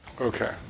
Okay